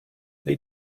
they